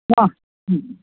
ಹಾಂ ಹ್ಞೂ